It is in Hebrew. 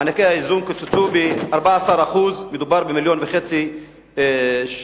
מענקי האיזון קוצצו ב-14% מדובר במיליון וחצי ש"ח,